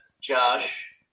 Josh